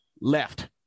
left